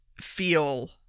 feel